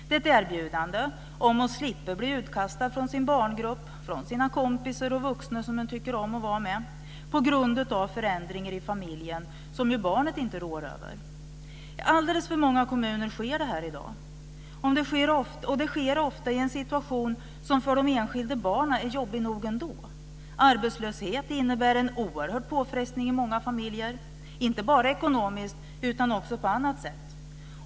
Det är ett erbjudande om att slippa bli utkastad från sin barngrupp, från sina kompisar och vuxna som man tycker om att vara med, på grund av förändringar i familjen som ju barnet inte rår över. I alldeles för många kommuner sker detta i dag. Och det sker ofta i en situation som för de enskilda barnen är jobbig nog ändå. Arbetslöshet innebär en oerhörd påfrestning i många familjer, inte bara ekonomiskt utan också på annat sätt.